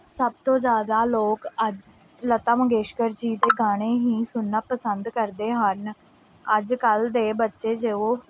ਸਭ ਤੋਂ ਜ਼ਿਆਦਾ ਲੋਕ ਅੱਜ ਲਤਾ ਮੰਗੇਸ਼ਕਰ ਜੀ ਦੇ ਗਾਣੇ ਹੀ ਸੁਣਨਾ ਪਸੰਦ ਕਰਦੇ ਹਨ ਅੱਜ ਕੱਲ੍ਹ ਦੇ ਬੱਚੇ ਜੋ